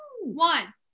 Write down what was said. one